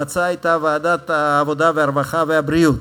ההצעה הייתה ועדת העבודה, הרווחה והבריאות.